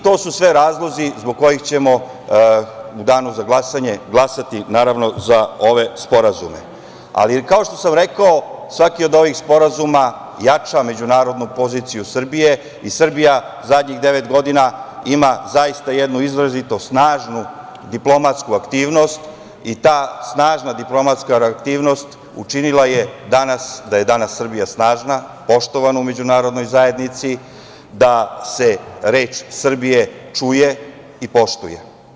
To su sve razlozi zbog kojih ćemo u danu za glasanje glasati za ove sporazum Kao što sam rekao, svaki od ovih sporazuma jača međunarodnu poziciju Srbije i Srbija zadnjih devet godina ima zaista jednu izrazito snažnu diplomatsku aktivnost i ta snažna diplomatska aktivnost učinila je danas da je danas Srbija snažna, poštovana u Međunarodnoj zajednici, da se reč Srbije čuje i poštuje.